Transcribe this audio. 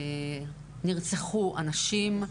נרצחו אנשים,